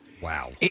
Wow